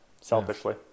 selfishly